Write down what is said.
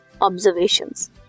observations